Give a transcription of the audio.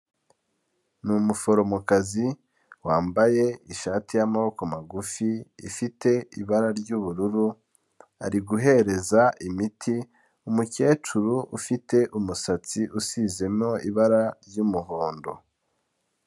Umuforomokazi wambaye ishati y'amaboko magufi, ifite ibara ry'ubururu, ari guhereza imiti umukecuru ufite umusatsi usizemo ibara ry'umuhondo.